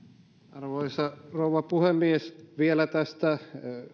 arvoisa rouva puhemies vielä tästä